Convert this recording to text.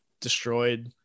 destroyed